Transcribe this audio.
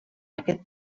aquest